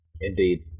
Indeed